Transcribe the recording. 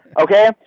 okay